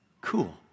Cool